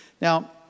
Now